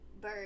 bird